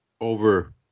over